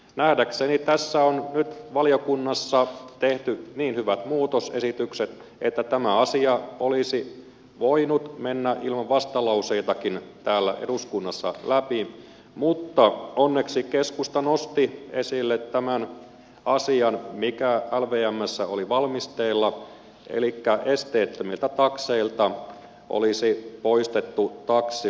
nähdäkseni tässä on nyt valiokunnassa tehty niin hyvät muutosesitykset että tämä asia olisi voinut mennä ilman vastalauseitakin täällä eduskunnassa läpi mutta onneksi keskusta nosti esille tämän asian mikä lvmssä oli valmisteilla elikkä esteettömiltä takseilta olisi poistettu taksiluvat